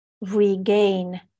regain